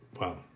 wow